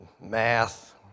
math